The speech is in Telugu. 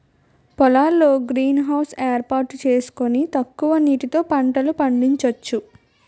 పొలాల్లో గ్రీన్ హౌస్ ఏర్పాటు సేసుకొని తక్కువ నీటితో పంటలు పండించొచ్చు